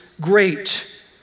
great